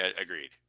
agreed